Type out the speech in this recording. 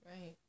Right